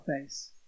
face